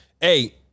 hey